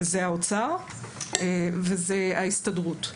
האוצר וההסתדרות.